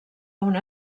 una